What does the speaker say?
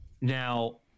Now